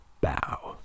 bow